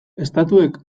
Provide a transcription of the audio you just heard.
estatuek